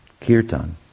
kirtan